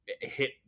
hit